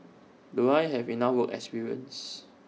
do I have enough work experience